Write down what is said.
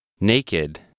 Naked